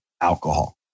alcohol